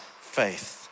faith